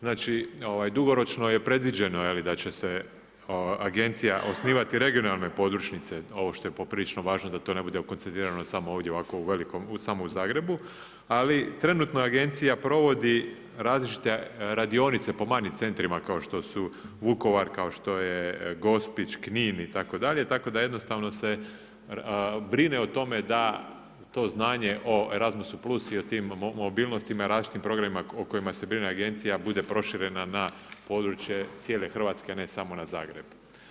Znači dugoročno je predviđeno da će se agencija osnivati regionalne podružnice ovo što je poprilično važno da to ne bude … samo ovdje samo u Zagrebu, ali trenutno agencija provodi različite radionice po manjim centrima kao što su Vukovar, Gospić, Knin itd. tako da jednostavno se brine o tome da to znanje o ERASMUSU+ i o tim mobilnostima i različitim programima o kojima se brine agencija bude proširena na područje cijele Hrvatske, a ne samo na Zagreb.